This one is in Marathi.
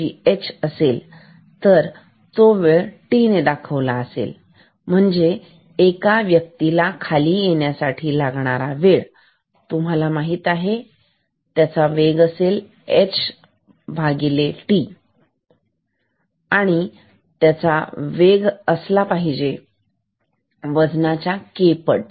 तर आपण वेळ t तिने दाखवली म्हणजे एका व्यक्तीला खाली येण्यासाठी लागणारा वेळ तुम्हाला माहित आहे हा वेग ht आहे वेग असला पाहिजे वजनाच्या k पट